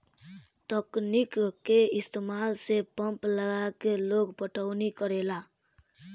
तकनीक के इस्तमाल से पंप लगा के लोग पटौनी करेला